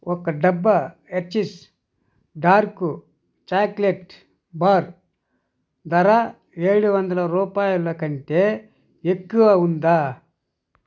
ఒక డబ్బా Hershey's dark chocolate bar ధర ఏడువందల రూపాయలకంటే ఎక్కువ ఉందా